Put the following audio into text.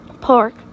Pork